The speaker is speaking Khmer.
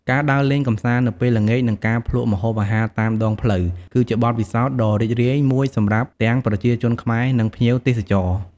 ការដើរលេងកម្សាន្តនៅពេលល្ងាច និងការភ្លក់ម្ហូបអាហារតាមដងផ្លូវ គឺជាបទពិសោធន៍ដ៏រីករាយមួយសម្រាប់ទាំងប្រជាជនខ្មែរ និងភ្ញៀវទេសចរណ៍ ។